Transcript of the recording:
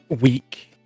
week